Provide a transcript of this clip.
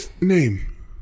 name